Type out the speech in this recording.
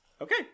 Okay